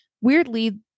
weirdly